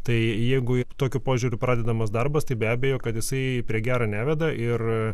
tai jeigu tokiu požiūriu pradedamas darbas tai be abejo kad jisai prie gero neveda ir